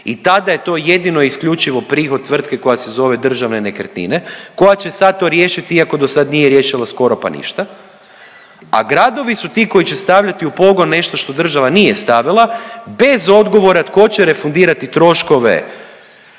i tada je to jedino i isključivo prihod tvrtke koja se zove Državne nekretnine koja će sad to riješiti iako do sad nije riješila skoro pa ništa, a gradovi su ti koji će stavljati u pogon nešto što država nije stavila bez odgovora tko će refundirati troškove